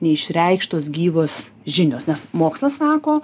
neišreikštos gyvos žinios nes mokslas sako